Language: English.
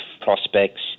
prospects